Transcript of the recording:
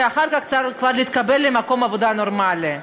ואחר כך כבר להתקבל למקום עבודה נורמלי.